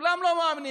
כולם לא מאמינים.